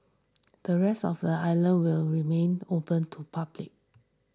the rest of the island will remain open to public